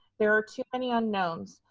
there are too many unknowns.